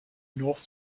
north